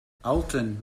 alton